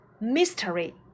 mystery